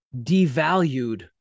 devalued